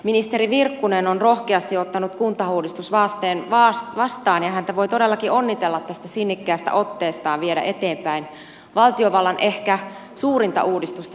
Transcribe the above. ministeri virkkunen on rohkeasti ottanut kuntauudistushaasteen vastaan ja häntä voi todellakin onnitella tästä sinnikkäästä otteestaan viedä eteenpäin valtiovallan ehkä suurinta uudistusta vuosikymmeniin